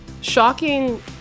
Shocking